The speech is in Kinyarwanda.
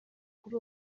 kuri